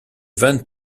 vingt